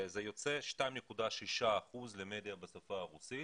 זה יוצא 2.6% למדיה בשפה הרוסית,